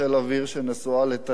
שנשואה לטייס,